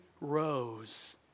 rose